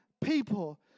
people